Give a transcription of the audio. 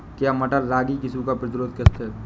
क्या मटर रागी की सूखा प्रतिरोध किश्त है?